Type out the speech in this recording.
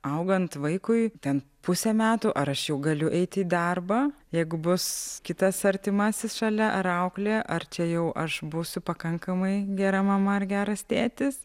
augant vaikui ten pusę metų ar aš jau galiu eiti į darbą jeigu bus kitas artimasis šalia ar auklė ar čia jau aš būsiu pakankamai gera mama ar geras tėtis